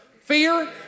fear